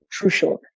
crucial